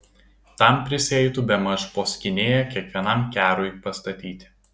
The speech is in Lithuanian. tam prisieitų bemaž po skynėją kiekvienam kerui pastatyti